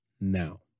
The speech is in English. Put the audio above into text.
now